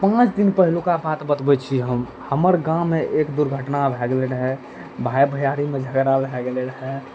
पाँच दिन पहिलुका बात बतबै छै हम हमर गाममे एक दुर्घटना भए गेलै रहए भाय भैयारीमे झगड़ा भए गेलै रहए